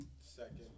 Second